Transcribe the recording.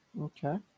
Okay